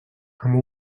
amb